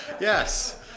Yes